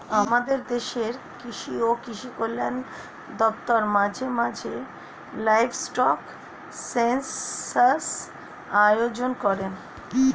আমাদের দেশের কৃষি ও কৃষি কল্যাণ দপ্তর মাঝে মাঝে লাইভস্টক সেন্সাস আয়োজন করেন